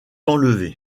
enlevé